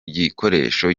gikoresho